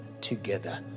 together